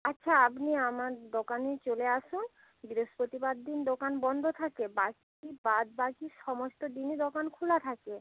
আচ্ছা আপনি আমার দোকানে চলে আসুন বৃহস্পতিবার দিন দোকান বন্ধ থাকে বাকি বাদবাকি সমস্ত দিনই দোকান খোলা থাকে